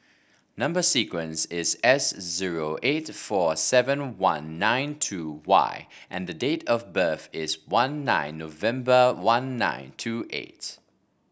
number sequence is S zero eight four seven one nine two Y and the date of birth is one nine November one nine two eight